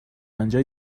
انجا